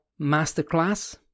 masterclass